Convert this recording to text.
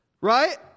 Right